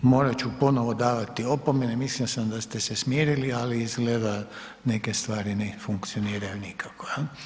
Morat ću ponovo davat opomene, mislio sam da ste se smirili ali izgleda neke stvari ne funkcioniraju nikako.